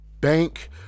bank